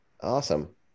Awesome